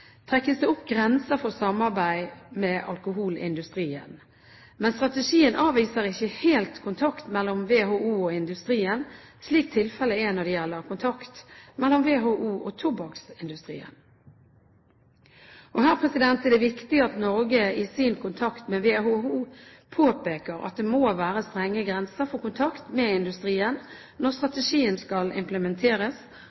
trekkes det opp grenser for samarbeid med alkoholindustrien, men strategien avviser ikke helt kontakt mellom WHO og industrien, slik tilfellet er når det gjelder kontakt mellom WHO og tobakksindustrien. Her er det viktig at Norge i sin kontakt med WHO påpeker at det må være strenge grenser for kontakt med industrien når